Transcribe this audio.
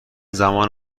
زمان